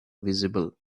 visible